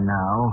now